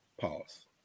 Pause